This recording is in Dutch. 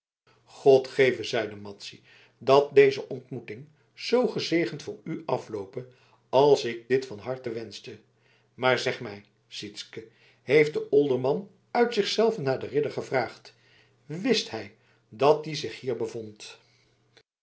god geve zeide madzy dat deze ontmoeting zoo gezegend voor u afloope als ik dit van harte wenschte maar zeg mij sytsken heeft de olderman uit zich zelven naar den ridder gevraagd wist hij dat die zich hier bevond